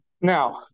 now